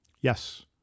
Yes